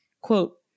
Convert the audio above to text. quote